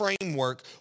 framework